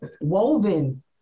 Woven